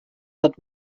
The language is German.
hat